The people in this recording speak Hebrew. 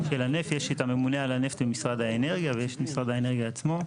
של הנפט יש לי את הממונה על הנפט ממשרד האנרגיה ויש משרד האנרגיה עצמו.